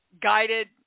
guided